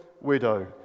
widow